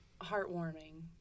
heartwarming